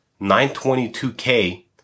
922K